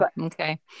okay